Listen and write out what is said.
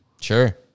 Sure